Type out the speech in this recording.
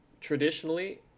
traditionally